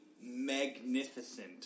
magnificent